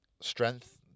strength